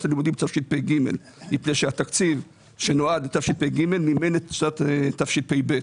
הלימודים תשפ"ג מפני שהתקציב שנועד לתשפ"ג מימן את שנת תשפ"ב.